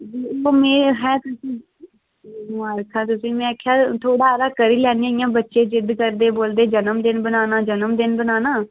में आखेआ मुबारखा तुसें ई थोह्ड़ा हारा करी लैनें आं इ'यां बच्चें जिद्ध करदे बोलदे जन्म दिन बनाना जन्म दिन बनाना